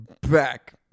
back